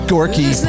Gorky